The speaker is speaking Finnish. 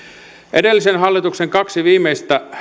edellisen hallituksen kaksi viimeisintä